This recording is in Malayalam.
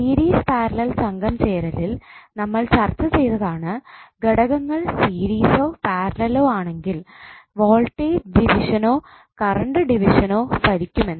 സീരീസ്പാരലൽ സംഘം ചേരലിൽ നമ്മൾ ചർച്ച ചെയ്തതാണ് ഘടകങ്ങൾ സീരീസോ പാരല്ലെലോ ആണെങ്കിൽ വോൾടേജ് ഡിവിഷനോ കറണ്ട് ഡിവിഷനോ ഫലിക്കുമെന്ന്